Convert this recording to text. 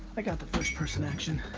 i got the first-person action.